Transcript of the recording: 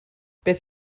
beth